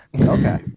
okay